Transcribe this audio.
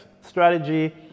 Strategy